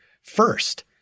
first